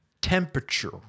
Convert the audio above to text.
temperature